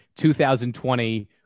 2020